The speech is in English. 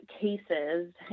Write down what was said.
cases